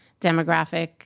demographic